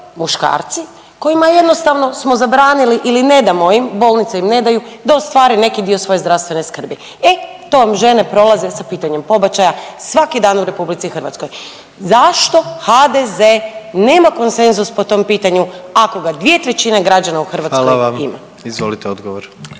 muškarci kojima je jednostavno smo zabranili ili ne damo im, bolnice im ne daju da ostvare neki dio svoje zdravstvene skrbi, e to vam žene prolaze sa pitanjem pobačaja svaki dan u RH. Zašto HDZ nema konsenzus po tom pitanju ako ga dvije trećine građana u Hrvatskoj …/Upadica predsjednik: